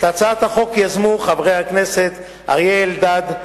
את הצעת החוק יזמו חברי הכנסת אריה אלדד,